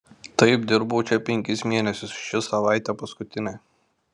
taip dirbau čia penkis mėnesius ši savaitė paskutinė